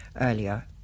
earlier